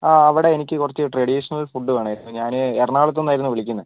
ആ അവിടെ എനിക്ക് കുറച്ച് ട്രഡീഷണൽ ഫുഡ് വേണമായിരുന്നു ഞാൻ എറണാകുളത്ത് നിന്നായിരുന്നു വിളിക്കുന്നത്